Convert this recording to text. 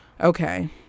Okay